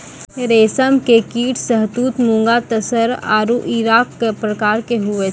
रेशम के कीट शहतूत मूंगा तसर आरु इरा प्रकार के हुवै छै